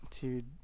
dude